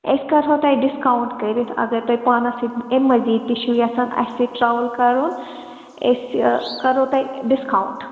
أسۍ کَرہو تۄہہِ ڈِسکاوُنٛٹ کٔرِتھ اگر تۄہہِ پانَس سۭتۍ اَمہِ مٔزیٖد تہِ چھُو یَژھان اَسہِ سۭتۍ ٹرٛاوٕل کَرُن أسۍ کَرہو تۄہہِ ڈِسکاوُنٛٹ